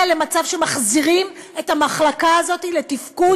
למצב שמחזירים את המחלקה הזאת לתפקוד,